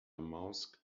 ماسک